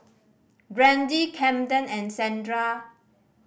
Brandi Kamden and Sandra